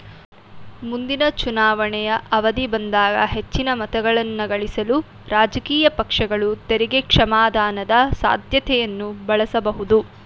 ಮುಂದಿನ ಚುನಾವಣೆಯ ಅವಧಿ ಬಂದಾಗ ಹೆಚ್ಚಿನ ಮತಗಳನ್ನಗಳಿಸಲು ರಾಜಕೀಯ ಪಕ್ಷಗಳು ತೆರಿಗೆ ಕ್ಷಮಾದಾನದ ಸಾಧ್ಯತೆಯನ್ನ ಬಳಸಬಹುದು